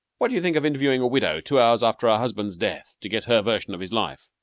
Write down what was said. what do you think of interviewing a widow two hours after her husband's death, to get her version of his life?